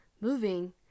moving